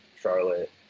Charlotte